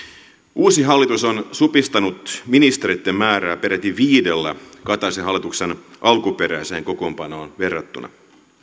uusi hallitus on supistanut ministereitten määrää peräti viidellä kataisen hallituksen alkuperäiseen kokoonpanoon verrattuna